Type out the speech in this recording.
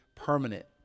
permanent